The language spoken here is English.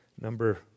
Number